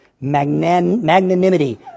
Magnanimity